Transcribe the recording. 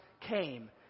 came